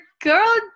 girl